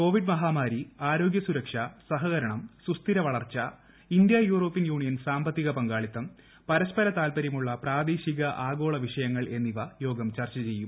Covid മഹാമാരി ആരോഗ്യസുരക്ഷ സഹകരണം സുസ്ഥിര വളർച്ച ഇന്ത്യ യൂറോപ്യൻ യൂണിയൻ സാമ്പത്തിക പങ്കാളിത്തം പരസ്പര താൽപര്യമുള്ള പ്രാദേശിക ആഗോള വിഷയങ്ങൾ എന്നിവ യോഗം ചർച്ച ചെയ്യും